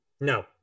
No